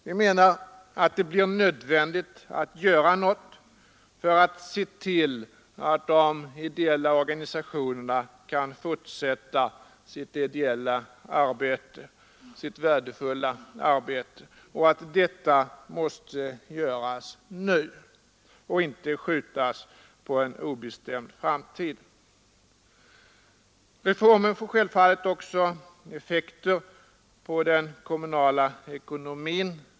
Vi menar att det blir nödvändigt att göra något för att de ideella organisationerna skall kunna fortsätta sitt värdefulla arbete samt att detta måste göras nu, inte skjutas på obestämd framtid. Självfallet får reformen också effekter på den kommunala ekonomin.